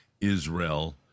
Israel